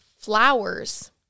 flowers